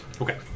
Okay